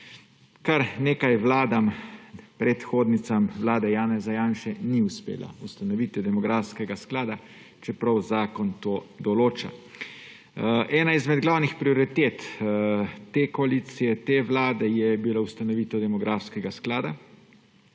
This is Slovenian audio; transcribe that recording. Kar nekaj vladam, predhodnicam vlade Janeza Janše, ni uspelo ustanoviti demografskega sklada, čeprav zakon to določa. Ena izmed glavnih prioritet te koalicije, te vlade je bila ustanovitev demografskega sklada.